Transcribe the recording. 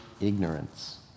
ignorance